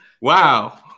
Wow